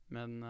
Men